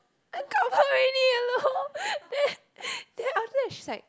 then come out already hello then then after that she's like